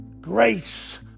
Grace